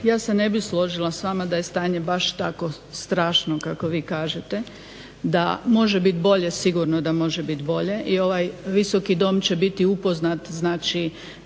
ja se ne bih složila s vama da je stanje baš tako strašno kako vi kažete, da može biti bolje sigurno da može biti bolje i ovaj Visoki dom će biti upoznat prema